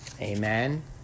Amen